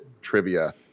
trivia